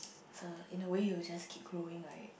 so in a way you will just keep growing right